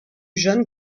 jeune